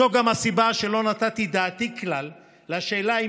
זו גם הסיבה שלא נתתי דעתי כלל לשאלה אם